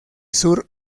sur